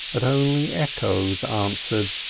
but only echoes answered.